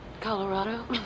Colorado